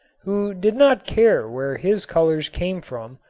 who did not care where his colors came from,